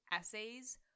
essays